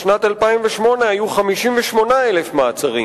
בשנת 2008 היו 58,000 מעצרים,